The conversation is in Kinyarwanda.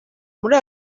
muri